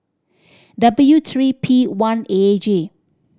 W three P one A G